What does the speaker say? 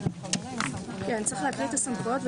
צריך להקריא את הסמכויות.